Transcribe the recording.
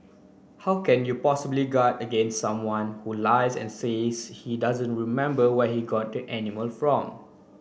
how can you possibly guard against someone who lies and says he doesn't remember where he got the animal from